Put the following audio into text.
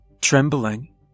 trembling